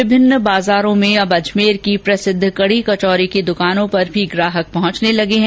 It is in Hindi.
विभिन्न बाजारों में अब अजमेर की प्रसिद्ध केढी कचोरी की दुकानों पर भी ग्राहक पहुंचने लगे हैं